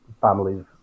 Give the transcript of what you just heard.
families